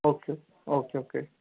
okay okay okay